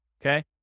Okay